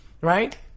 right